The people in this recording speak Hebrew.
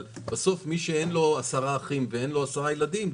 אבל בסוף מי שאין לו 10 אחים ואין לו 10 ילדים,